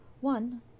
One